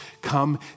come